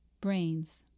brains